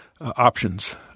options